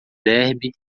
derby